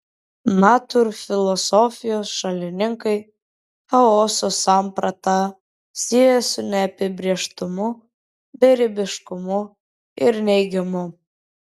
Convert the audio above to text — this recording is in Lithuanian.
natūrfilosofijos šalininkai chaoso sampratą siejo su neapibrėžtumu beribiškumu ir neigimu